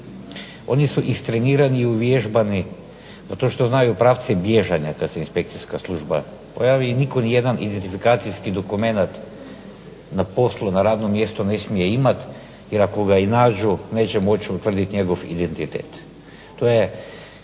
Oni su istrenirani i uvježbani, zato što znaju pravce bježanja kad se inspekcijska služba pojavi i nitko nijedan identifikacijski dokumenat na poslu, na radnom mjestu ne smije imati, jer ako ga i nađu neće moći utvrditi njegov identitet.